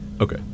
okay